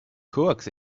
coax